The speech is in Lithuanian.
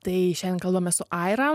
tai šiandien kalbamės su aira